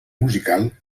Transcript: musical